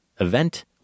event